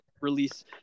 release